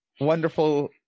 wonderful